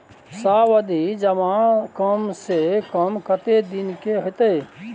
सावधि जमा कम से कम कत्ते दिन के हते?